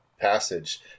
passage